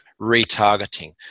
retargeting